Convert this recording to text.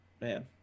man